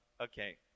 okay